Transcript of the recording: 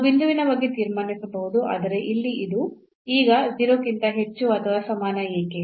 ನಾವು ಬಿಂದುವಿನ ಬಗ್ಗೆ ತೀರ್ಮಾನಿಸಬಹುದು ಆದರೆ ಇಲ್ಲಿ ಇದು ಈಗ 0 ಕ್ಕಿಂತ ಹೆಚ್ಚು ಅಥವಾ ಸಮಾನ ಏಕೆ